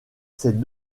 ses